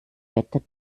wetter